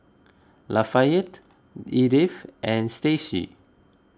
Lafayette Edythe and Stacie